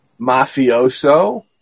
Mafioso